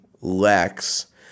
Lex